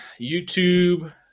YouTube